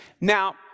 Now